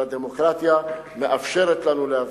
והדמוקרטיה מאפשרת לנו להפגין.